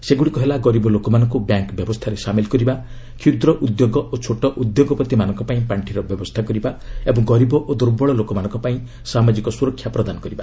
ସେଗୁଡ଼ିକ ହେଲା ଗରିବ ଲୋକମାନଙ୍କୁ ବ୍ୟାଙ୍କ ବ୍ୟବସ୍ଥାରେ ସାମିଲ୍ କରିବା କ୍ଷୁଦ୍ର ଉଦ୍ୟୋଗ ଓ ଛୋଟ ଉଦ୍ୟୋଗପତିମାନଙ୍କପାଇଁ ପାଣ୍ଠିର ବ୍ୟବସ୍ଥା କରିବା ଏବଂ ଗରିବ ଓ ଦୁର୍ବଳ ଲୋକମାନଙ୍କ ପାଇଁ ସାମାଜିକ ସ୍ୱରକ୍ଷା ପ୍ରଦାନ କରିବା